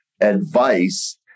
advice